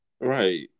Right